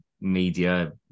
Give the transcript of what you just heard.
media